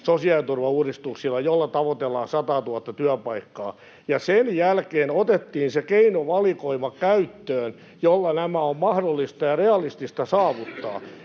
sosiaaliturvauudistuksilla, joilla tavoitellaan sataa tuhatta työpaikkaa, niin sen jälkeen otettiin se keinovalikoima käyttöön, jolla nämä on mahdollista ja realistista saavuttaa.